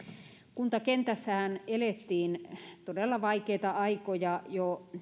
kuntakentässähän elettiin todella vaikeita aikoja jo